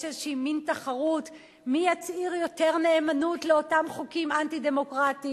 יש איזה מין תחרות מי יצהיר יותר נאמנות לאותם חוקים אנטי-דמוקרטיים,